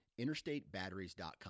InterstateBatteries.com